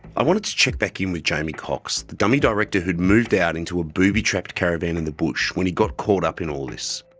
i wanted to check back in with jamie cox, the dummy director who had moved out into a booby-trapped caravan in the bush when he got caught up in all this.